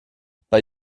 bei